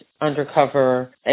undercover